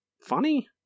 Funny